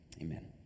amen